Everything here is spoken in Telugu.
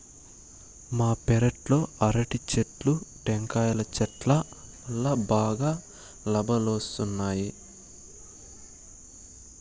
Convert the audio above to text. మా పెరట్లో అరటి చెట్లు, టెంకాయల చెట్టు వల్లా బాగా లాబాలొస్తున్నాయి